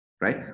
Right